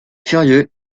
furieux